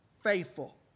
faithful